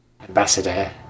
Ambassador